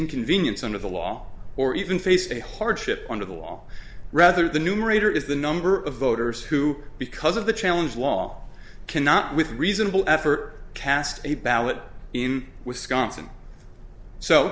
inconvenience under the law or even face a hardship under the law rather the numerator is the number of voters who because of the challenge law cannot with reasonable effort cast a ballot in wisconsin so